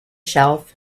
shelf